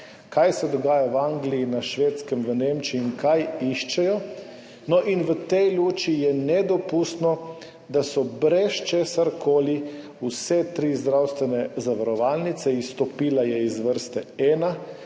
kaj se dogaja v Angliji, na Švedskem, v Nemčiji in kaj iščejo. V tej luči je nedopustno, da so brez česarkoli vse tri zdravstvene zavarovalnice, iz vrste je izstopila ena,